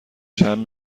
جمع